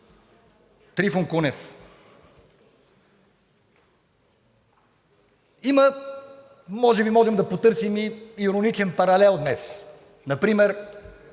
Трифон Кунев. Може би можем да потърсим и ироничен паралел днес. Например